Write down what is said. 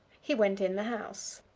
he went in the house.